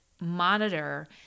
monitor